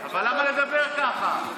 אבל למה לדבר ככה?